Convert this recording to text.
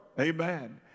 Amen